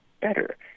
better